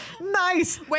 nice